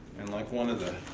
and like one of the